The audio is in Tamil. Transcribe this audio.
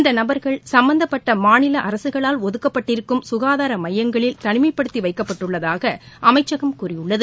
இந்த நபர்கள் சம்பந்தப்பட்ட மாநில அரசுகளால் ஒதுக்கப்பட்டிருக்கும் சுகாதார மையங்களில் தனிமைப்படுத்தி வைக்கப்பட்டுள்ளதாக அமைச்சகம் கூறியுள்ளது